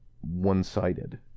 one-sided